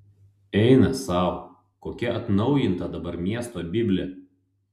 eina sau kokia atnaujinta dabar miesto biblė